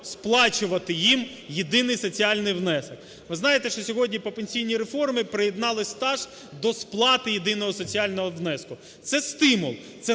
сплачувати їм єдиний соціальний внесок. Ви знаєте, що сьогодні по пенсійній реформі приєднали стаж до сплати єдиного соціального внеску. Це стимул,